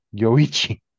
yoichi